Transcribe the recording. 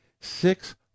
six